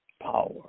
power